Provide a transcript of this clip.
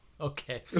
okay